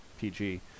PG